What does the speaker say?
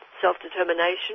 self-determination